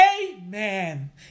amen